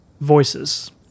voices